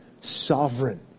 sovereign